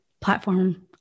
platform